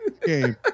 game